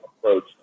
approach